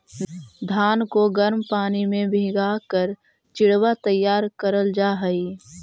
धान को गर्म पानी में भीगा कर चिड़वा तैयार करल जा हई